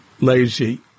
lazy